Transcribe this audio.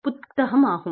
புத்தகம் ஆகும்